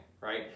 right